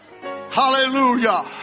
hallelujah